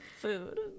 food